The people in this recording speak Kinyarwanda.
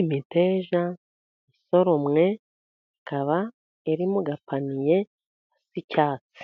Imiteja isoromwe, ikaba iri mu gapaniye k'icyatsi,